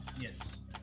Yes